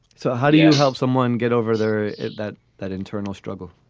so how do you help someone get over there that that internal struggle?